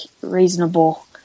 reasonable